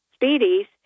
speedies